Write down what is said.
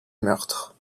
meurtre